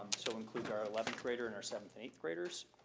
so include our eleventh grader and our seventh and eighth graders.